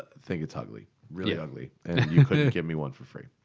think it's ugly. really ugly. and you couldn't give me one for free.